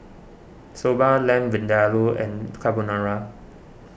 Soba Lamb Vindaloo and Carbonara